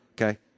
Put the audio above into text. okay